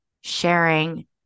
sharing